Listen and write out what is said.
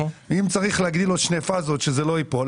אם צריך להגדיל עוד שתי פאזות שזה לא ייפול,